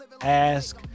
ask